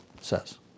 says